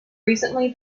recently